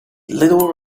little